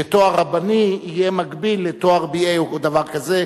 שתואר רבני יהיה מקביל לתואר B.A. או דבר כזה,